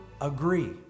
agree